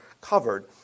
covered